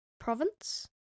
province